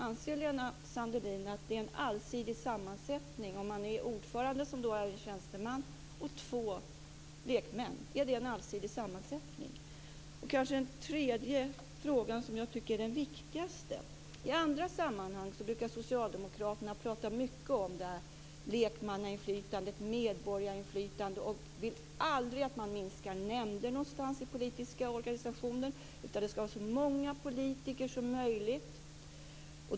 Anser Lena Sandlin att det är en allsidig sammansättning om man är en ordförande, som då är en tjänsteman, och två lekmän? Är det en allsidig sammansättning? Och så den tredje frågan som jag tycker är den viktigaste. I andra sammanhang brukar socialdemokraterna prata mycket om lekmannainflytande, medborgarinflytande. Man vill aldrig minska nämnder någonstans i politiska organisationer, utan det ska vara så många politiker som möjligt.